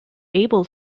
able